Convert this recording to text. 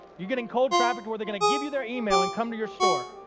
you're getting cold traffic where they're gonna give you their email and come to your store,